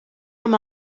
amb